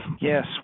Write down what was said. Yes